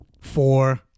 four